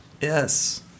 Yes